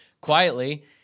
quietly